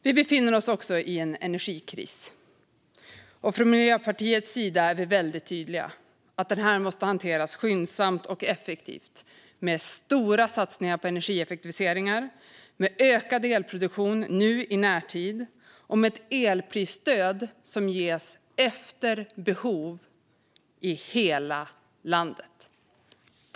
Vi befinner oss också i en energikris, och från Miljöpartiets sida är vi väldigt tydliga: Detta måste hanteras skyndsamt och effektivt, med stora satsningar på energieffektiviseringar, ökad elproduktion nu i närtid och ett elprisstöd som ges efter behov i hela landet.